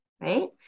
right